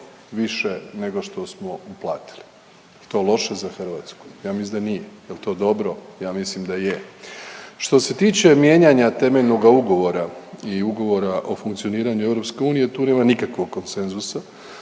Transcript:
više nego što smo platili. Je li to loše za Hrvatsku? Ja mislim da nije? Je li to dobro? Ja mislim da je. Što se tiče mijenjanja temeljnoga ugovora i Ugovora o funkcioniranju EU, tu nema nikakvog konsenzusa.